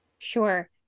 Sure